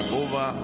over